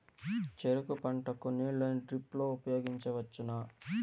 చెరుకు పంట కు నీళ్ళని డ్రిప్ లో ఉపయోగించువచ్చునా?